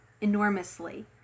enormously